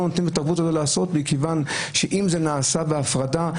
מכיוון שאם זה נעשה בהפרדה,